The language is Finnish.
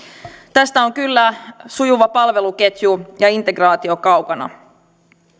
tästä on kyllä sujuva palveluketju ja integraatio kaukana